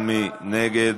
מי נגד?